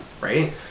right